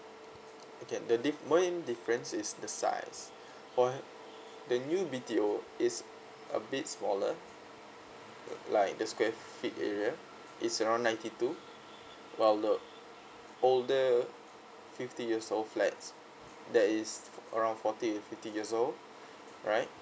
okay the diff~ main difference is the size for the new B_T_O it's a bit smaller uh like the square feet area is around ninety two while the older fifty years old flats that is around forty and fifty years old alright